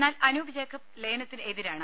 എന്നാൽ അനൂപ് ജേക്കബ് ലയനത്തിനെതിരാണ്